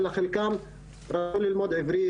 אלא חלקן רצו ללמוד עברית,